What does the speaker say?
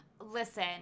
listen